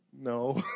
No